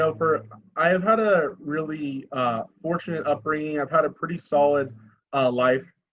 um for i have had a really fortunate upbringing, i've had a pretty solid life.